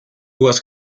was